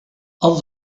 els